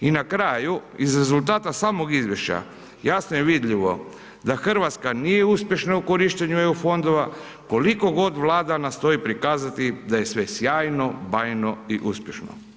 I na kraju, iz rezultata samog Izvješća, jasno je vidljivo da Hrvatska nije uspješna u korištenju EU fondova, koliko Vlada nastoji prikazati da je sve sjajno, bajno i uspješno.